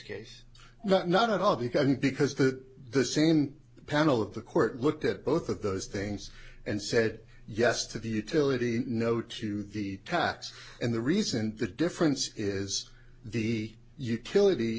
case not not at all because he because that the same panel of the court looked at both of those things and said yes to the utility no to the tax and the reason the difference is the utility